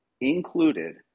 included